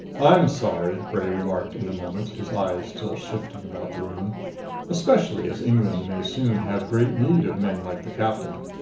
i'm sorry, bray remarked in a moment, his eyes still shifting about the room especially as england may soon have great need of men like the captain.